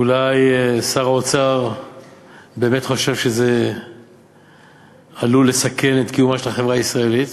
אולי שר האוצר באמת חושב שזה עלול לסכן את קיומה של החברה הישראלית?